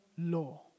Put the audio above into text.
law